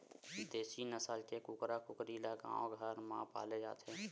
देसी नसल के कुकरा कुकरी ल गाँव घर म पाले जाथे